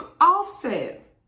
offset